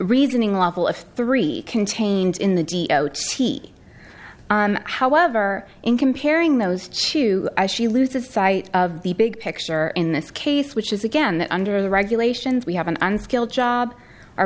reasoning level of three contained in the d t however in comparing those two she loses sight of the big picture in this case which is again under the regulations we have an unskilled job or